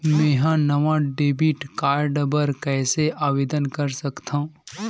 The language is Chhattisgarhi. मेंहा नवा डेबिट कार्ड बर कैसे आवेदन कर सकथव?